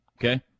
Okay